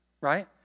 right